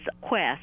Quest